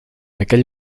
aquell